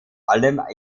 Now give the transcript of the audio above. allem